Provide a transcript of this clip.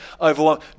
overwhelmed